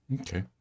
okay